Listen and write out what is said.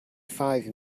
five